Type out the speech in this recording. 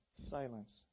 silence